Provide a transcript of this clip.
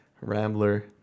Rambler